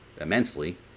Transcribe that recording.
immensely